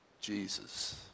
jesus